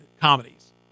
comedies